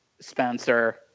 Spencer